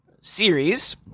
series